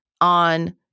on